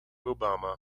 obama